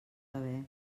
haver